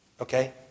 okay